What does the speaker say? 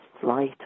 flight